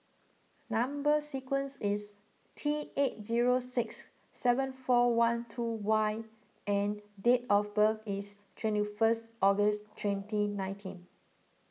Number Sequence is T eight zero six seven four one two Y and date of birth is twenty first August twenty nineteen